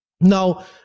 Now